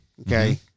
okay